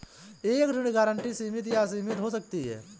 एक ऋण गारंटी सीमित या असीमित हो सकती है